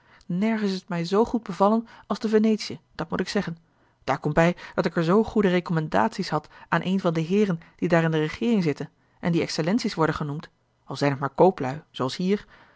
is het mij zoo goed bevallen als te venetië dat moet ik zeggen daar komt bij dat ik er zoo goede recommandaties had aan een van de heeren die daar in de regeering zitten en die excellenties worden genoemd al zijn t maar koopluî zooals wij hier